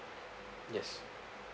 yes